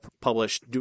published